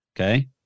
okay